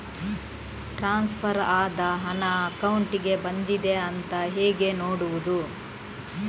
Transfer ಆದ ಹಣ ಅಕೌಂಟಿಗೆ ಬಂದಿದೆ ಅಂತ ಹೇಗೆ ನೋಡುವುದು?